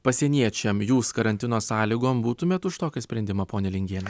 pasieniečiam jūs karantino sąlygom būtumėt už tokį sprendimą ponia lingiene